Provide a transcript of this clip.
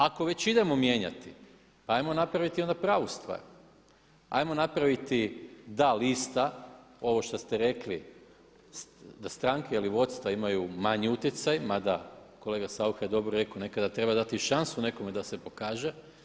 Ako već idemo mijenjati pa ajmo napraviti onda pravu stvar, ajmo napraviti da lista ovo što ste rekli da stranke ili vodstva imaju manji utjecaj mada kolega Saucha je dobro rekao nekada treba dati i šansu nekome da se pokaže.